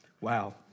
Wow